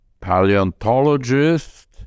paleontologist